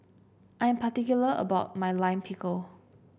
I am particular about my Lime Pickle